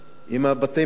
עם בתי-המלון,